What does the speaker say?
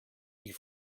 you